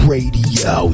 Radio